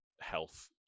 health